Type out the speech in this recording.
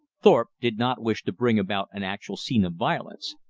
thorpe did not wish to bring about an actual scene of violence.